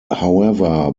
however